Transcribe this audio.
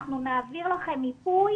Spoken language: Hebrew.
אנחנו נעביר לכם מיפוי